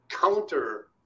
counter